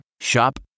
Shop